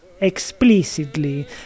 explicitly